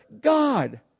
God